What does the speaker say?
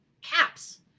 caps